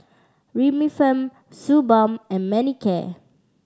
Remifemin Suu Balm and Manicare